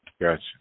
Gotcha